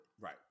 Right